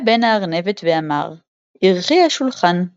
בא בן-הארנבת ואמר “ערכי השלחן.